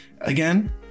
again